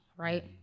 right